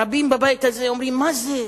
רבים בבית הזה אומרים: מה זה,